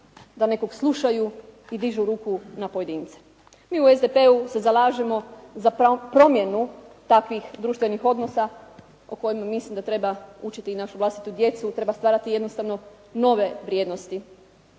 da nekog slušaju i dižu ruku na pojedince. Mi u SDP-u se zalažemo za promjenu takvih društvenih odnosa o kojima mislim da treba učiti i našu vlastitu djecu, treba stvarati jednostavno nove vrijednosti.